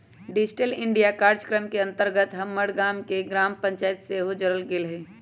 digital India काजक्रम के अंतर्गत हमर गाम के ग्राम पञ्चाइत के सेहो जोड़ल गेल हइ